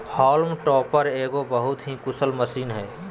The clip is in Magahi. हॉल्म टॉपर एगो बहुत ही कुशल मशीन हइ